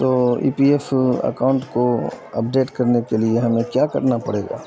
تو E P F account کو update کرنے کے لیے ہمیں کیا کرنا پڑے گا